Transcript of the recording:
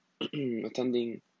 attending